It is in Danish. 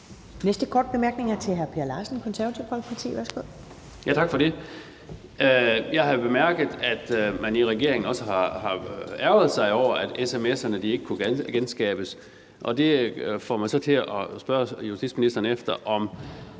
Næste korte bemærkning er fra hr. Per Larsen, Konservative Folkeparti. Værsgo. Kl. 12:17 Per Larsen (KF): Tak for det. Jeg har jo bemærket, at man i regeringen også har ærgret sig over, at sms'erne ikke kunne genskabes, og det får mig så til at spørge justitsministeren om, om